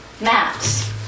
maps